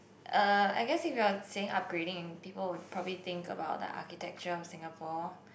uh I guess if you're say upgrading and people will probably think about the architecture of Singapore